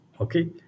Okay